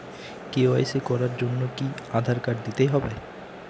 KYC করার জন্য কি আধার কার্ড দিতেই হবে?